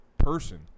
person